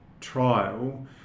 trial